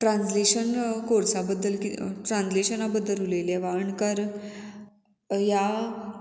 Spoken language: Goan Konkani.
ट्रान्ज्लेशन कोर्सा बद्दल किदें ट्रान्ज्लेशना बद्दल उलयलें वा अणकार ह्या